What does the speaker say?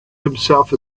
himself